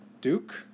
Duke